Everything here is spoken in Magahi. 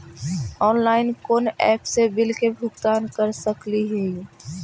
ऑनलाइन कोन एप से बिल के भुगतान कर सकली ही?